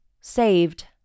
saved